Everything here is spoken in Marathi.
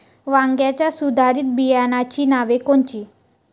वांग्याच्या सुधारित बियाणांची नावे कोनची?